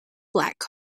black